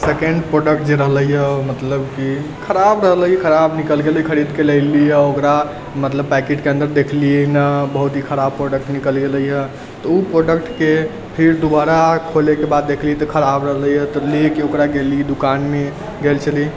second product जे रहलै हँ मतलब कि खराब रहलैए खराब निकल गेल खरीदके लैली यऽ ओकरा मतलब पैकेटके अन्दर देखलिय नहि बहुत ही खराब प्रोडक्ट निकल गेलैए तऽ उ प्रोडक्टके फिर दोबारा खोलैके बाद देखली तऽ खराब रहलैए तऽ लेके ओकरा गेली दोकानमे गेल छली